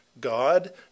God